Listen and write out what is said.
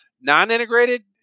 Non-integrated